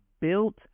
built